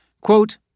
quote